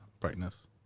brightness